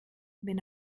wenn